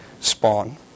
spawn